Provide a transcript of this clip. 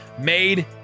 made